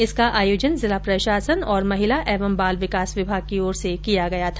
इसका आयोजन जिला प्रशासन और महिला एवं बाल विकास विभाग की ओर से किया गया था